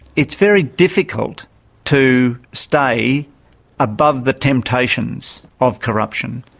it's very difficult to stay above the temptations of corruption.